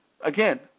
Again